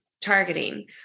targeting